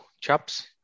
chaps